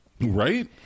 Right